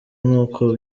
nk’uko